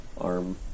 arm